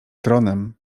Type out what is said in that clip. tronem